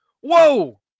Whoa